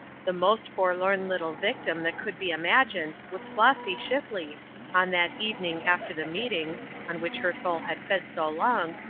the most forlorn little victim that could be imagined was flossy shipley on that evening after the meetings, on which her soul had fed so long,